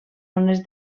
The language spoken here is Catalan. ones